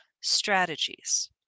strategies